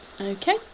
Okay